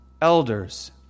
elders